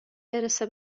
برسه